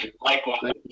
likewise